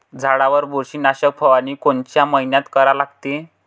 झाडावर बुरशीनाशक फवारनी कोनच्या मइन्यात करा लागते?